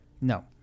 No